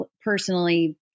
personally